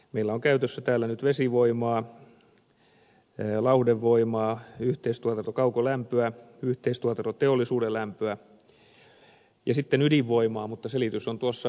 meillä on käytössä nyt vesivoimaa lauhdevoimaa yhteistuotantokaukolämpöä yhteistuotantoteollisuudenlämpöä ja sitten ydinvoimaa mutta selitys on ydinvoimassa